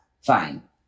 Fine